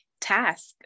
task